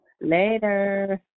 Later